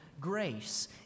grace